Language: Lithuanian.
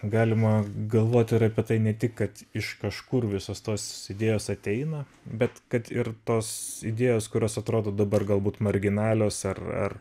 galima galvot ir apie tai ne tik kad iš kažkur visos tos idėjos ateina bet kad ir tos idėjos kurios atrodo dabar galbūt marginalijos ar ar